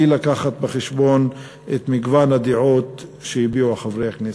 לקחת בחשבון את מגוון הדעות שהביעו חברי הכנסת.